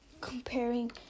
comparing